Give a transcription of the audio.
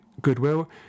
goodwill